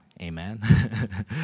amen